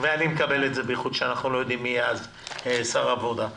אני מקבל את זה במיוחד שאנחנו לא יודעים מי יהיה אז שר העבודה.